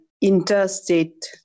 interstate